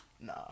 No